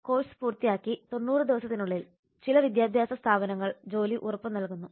course പൂർത്തിയാക്കി 90 ദിവസത്തിനുള്ളിൽ ചില വിദ്യാഭ്യാസ സ്ഥാപനങ്ങൾ ജോലി ഉറപ്പ് നൽകുന്നു